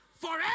forever